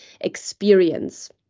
experience